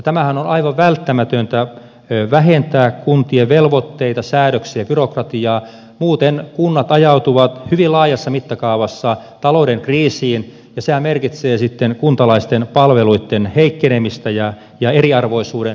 tämähän on aivan välttämätöntä vähentää kuntien velvoitteita säädöksiä ja byrokratiaa muuten kunnat ajautuvat hyvin laajassa mittakaavassa talouden kriisiin ja sehän merkitsee sitten kuntalaisten palveluitten heikkenemistä ja eriarvoisuuden lisääntymistä